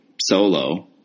solo